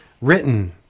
Written